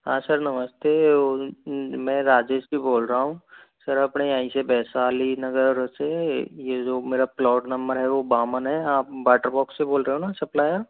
हाँ सर नमस्ते मैं राजेश जी बोल रहा हूँ सर अपने यहीं से वैशाली नगर से ये जो मेरा प्लॉट नंबर है वो बावन है आप वाटर बॉक्स से बोल रहे हो ना सप्लायर